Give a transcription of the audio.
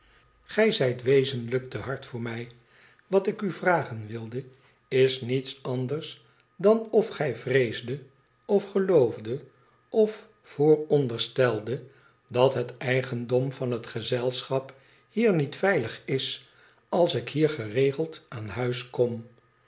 gij zijt wezenlijk te hard voor mij wat ik u vragen wilde is niets anders dan of gij vreesdet of geloofdet of voorondersteldet dat het eigendom van het gezelschap hier niet veilig is als ik hier geregeld aan buis kom